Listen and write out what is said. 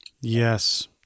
Yes